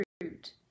fruit